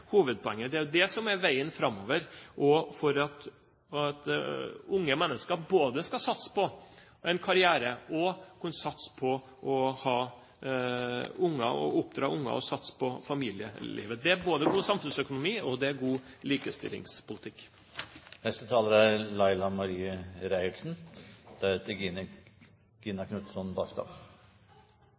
hovedpoenget. Det er det som er veien framover for at unge mennesker både skal kunne satse på en karriere og på å ha og oppdra unger og satse på familielivet. Det er både god samfunnsøkonomi og god likestillingspolitikk. Det er ei glede å stå her og kunna snakka om nesten berre kvinner – for det er